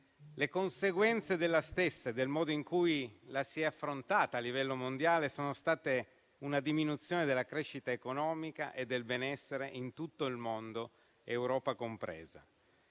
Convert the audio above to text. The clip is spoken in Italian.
Le conseguenze della stessa e il modo in cui la si è affrontata a livello mondiale sono state una diminuzione della crescita economica e del benessere in tutto il mondo, Europa compresa.